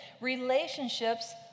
Relationships